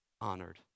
honored